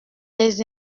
les